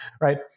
Right